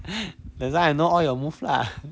that's why I know all your move lah